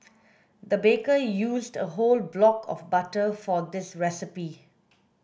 the baker used a whole block of butter for this recipe